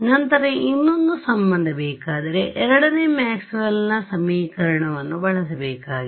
ನಂತರ ಇನ್ನೊಂದು ಸಂಬಂಧ ಬೇಕಾದರೆ ಎರಡನೇ ಮ್ಯಾಕ್ಸ್ವೆಲ್ನ ಸಮೀಕರಣವನ್ನುMaxwell's equation ಬಳಸಬೇಕಾಗಿದೆ